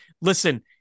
Listen